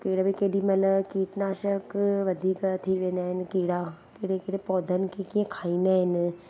कीड़े बि केॾी महिल कीटनाशक वधीक थी वेंदा आहिनि कीड़ा कहिड़े कहिड़े पौधनि खे कीअं खाईंदा आहिनि